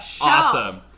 awesome